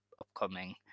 upcoming